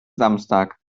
samstag